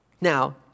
Now